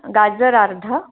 गाजर अर्धा